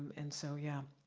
and so, yeah.